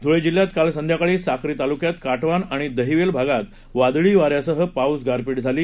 ध्वळाजिल्ह्यात काल संध्याकाळी साक्री तालुक्यात काटवान आणि दहिवेल भागात वादळी वाऱ्यासह पाऊस गारपीट झाली